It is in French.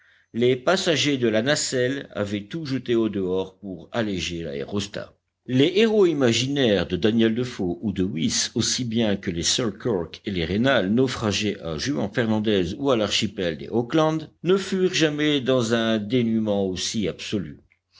les passagers de la nacelle avaient tout jeté au dehors pour alléger l'aérostat les héros imaginaires de daniel de foe ou de wyss aussi bien que les selkirk et les raynal naufragés à juan fernandez ou à l'archipel des auckland ne furent jamais dans un dénuement aussi absolu